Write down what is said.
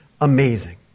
amazing